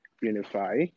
unify